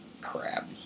crap